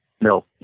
No